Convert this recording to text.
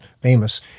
famous